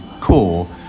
core